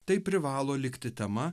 tai privalo likti tema